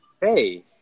Hey